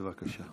בבקשה.